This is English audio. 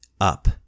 up